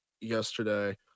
yesterday